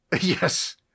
yes